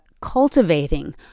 cultivating